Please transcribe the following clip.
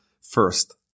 first